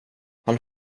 han